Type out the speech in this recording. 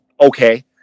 okay